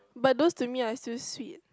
but those to me are still sweet